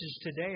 today